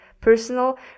personal